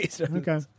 Okay